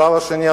השלב השני,